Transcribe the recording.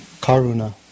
karuna